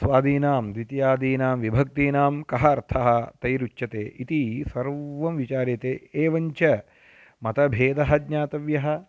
स्वादीनां द्वितीयादीनां विभक्तीनां कः अर्थः तैरुच्यते इति सर्वं विचार्यते एवञ्च मत भेदः ज्ञातव्यः